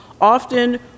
Often